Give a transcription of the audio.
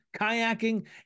kayaking